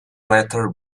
later